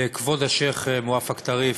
כבוד השיח' מואפק טריף,